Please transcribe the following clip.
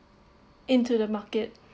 into the market